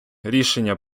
рішення